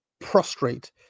prostrate